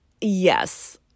yes